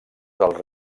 dels